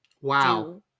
Wow